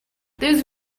those